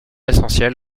essentiel